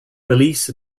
police